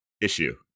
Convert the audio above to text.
issue